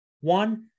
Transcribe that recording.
One